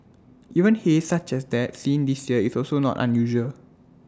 even haze such as that seen this year is also not unusual